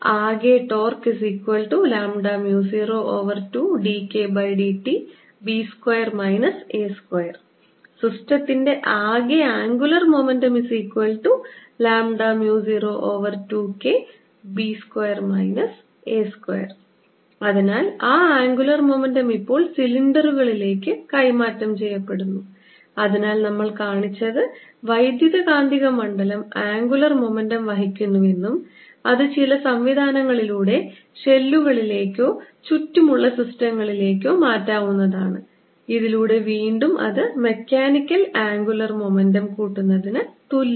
ആകെ ടോർക്ക്02dKdt സിസ്റ്റത്തിന്റെ ആകെ ആംഗുലർ മൊമെന്റം02K അതിനാൽ ആ ആംഗുലർ മൊമെന്റം ഇപ്പോൾ സിലിണ്ടറുകളിലേക്ക് കൈമാറ്റം ചെയ്യപ്പെടുന്നു അതിനാൽ നമ്മൾ കാണിച്ചത് വൈദ്യുതകാന്തിക മണ്ഡലം ആംഗുലർ മൊമെന്റം വഹിക്കുന്നുവെന്നും അത് ചില സംവിധാനങ്ങളിലൂടെ ഷെല്ലുകളിലേക്കോ ചുറ്റുമുള്ള സിസ്റ്റങ്ങളിലേക്കോ മാറ്റാവുന്നതാണ് ഇതിലൂടെ വീണ്ടും അത് മെക്കാനിക്കൽ ആംഗുലർ മൊമെന്റം കൂട്ടുന്നതിന് തുല്യമാണ്